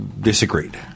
disagreed